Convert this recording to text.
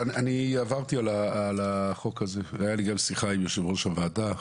אני עברתי על החוק הזה והייתה לי גם שיחה עם יושב ראש הוועדה,